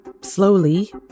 slowly